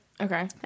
Okay